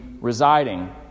residing